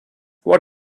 what